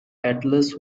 atlas